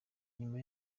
nyuma